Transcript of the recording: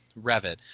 Revit